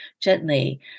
gently